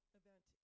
event